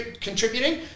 contributing